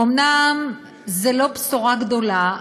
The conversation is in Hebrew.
אומנם זו לא בשורה גדולה,